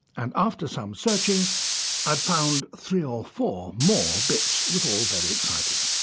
and after some searching i'd found three or four more bits. it was all very exciting.